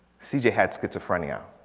cj had schizophrenia.